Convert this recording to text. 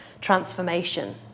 transformation